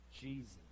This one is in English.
Jesus